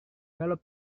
kalau